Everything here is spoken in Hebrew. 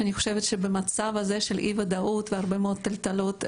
שאני חושבת שבמצב הזה של אי-ודאות והרבה מאוד טלטלות,